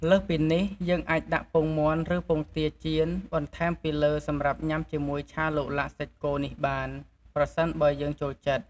លើសពីនេះ យើងអាចដាក់ពងមាន់ឬពងទាចៀនបន្ថែមពីលើសម្រាប់ញ៉ាំជាមួយឆាឡុកឡាក់សាច់គោនេះបាន ប្រសិនបើយើងចូលចិត្ត។